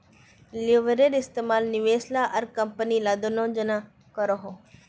leverage इस्तेमाल निवेशक ला आर कम्पनी ला दनोह जन करोहो